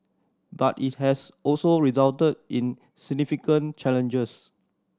but it has also resulted in significant challenges